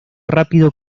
rápido